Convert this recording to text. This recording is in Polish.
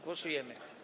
Głosujemy.